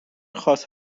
خاص